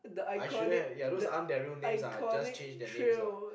I shouldn't have those aren't their real names lah I just change their names lah